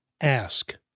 ask